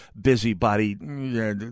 busybody